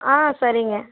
ஆ சரிங்க